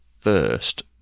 first